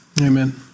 amen